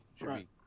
Right